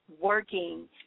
working